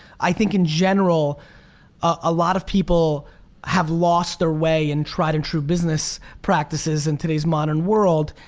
i think in general a lot of people have lost their way in tried and true business practices in today's modern world.